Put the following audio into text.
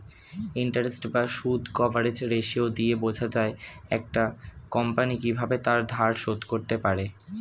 interest বা সুদ coverage ratio দিয়ে বোঝা যায় একটা কোম্পানি কিভাবে তার ধার শোধ করতে পারে